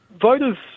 Voters